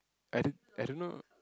I don't I don't know